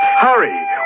Hurry